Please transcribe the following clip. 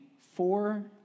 four